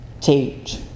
teach